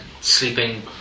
sleeping